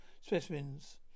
specimens